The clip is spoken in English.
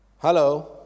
Hello